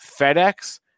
FedEx